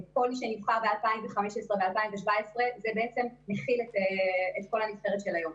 כל מי שנבחר ב-2015 ו-2017 זה בעצם מכיל את כל הנבחרת של היום.